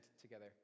together